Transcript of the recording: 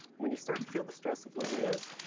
when you start to feel the stress of loneliness,